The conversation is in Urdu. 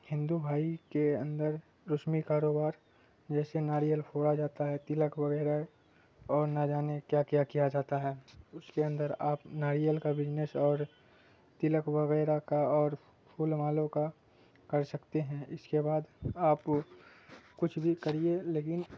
ہندو بھائی کے اندر رسمی کاروبار جیسے ناریل پھوڑا جاتا ہے تلک وغیرہ اور نہ جانے کیا کیا کیا جاتا ہے اس کے اندر آپ ناریل کا بزنس اور تلک وغیرہ کا اور پھول مالوں کا کر سکتے ہیں اس کے بعد آپ کچھ بھی کریے لیکن